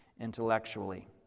intellectually